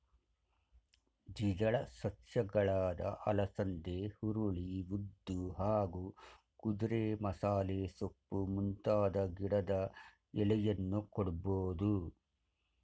ದ್ವಿದಳ ಸಸ್ಯಗಳಾದ ಅಲಸಂದೆ ಹುರುಳಿ ಉದ್ದು ಹಾಗೂ ಕುದುರೆಮಸಾಲೆಸೊಪ್ಪು ಮುಂತಾದ ಗಿಡದ ಎಲೆಯನ್ನೂ ಕೊಡ್ಬೋದು